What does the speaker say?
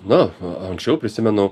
na anksčiau prisimenu